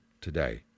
today